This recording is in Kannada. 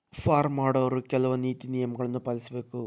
ಪಾರ್ಮ್ ಮಾಡೊವ್ರು ಕೆಲ್ವ ನೇತಿ ನಿಯಮಗಳನ್ನು ಪಾಲಿಸಬೇಕ